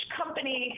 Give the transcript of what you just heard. company